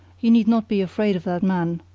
you need not be afraid of that man,